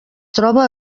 troba